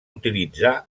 utilitzar